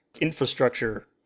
infrastructure